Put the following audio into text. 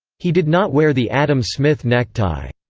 he did not wear the adam smith necktie.